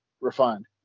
refined